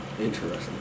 interesting